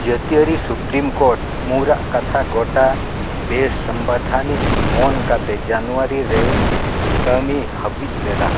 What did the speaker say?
ᱡᱟᱹᱛᱤᱭᱟᱹᱨᱤ supreme court ᱢᱩᱨᱼᱟᱜ ᱠᱟᱛᱷᱟ ᱜᱚᱴᱟ ᱵᱮᱼᱥᱟᱝᱵᱤᱫᱷᱟᱱᱤᱠ ᱢᱚᱱ ᱠᱟᱛᱮᱫ ᱡᱟᱱᱩᱣᱟᱨᱤ ᱨᱮ ᱠᱟᱹᱢᱤᱭ ᱦᱟᱹᱯᱤᱫ ᱞᱮᱫᱟ